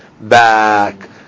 back